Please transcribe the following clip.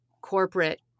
corporate